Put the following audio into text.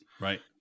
Right